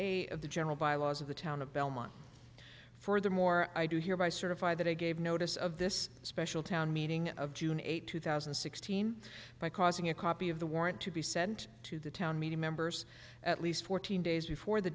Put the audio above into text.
eight of the general bylaws of the town of belmont furthermore i do hereby certify that i gave notice of this special town meeting of june eighth two thousand and sixteen by causing a copy of the warrant to be sent to the town meeting members at least fourteen days before the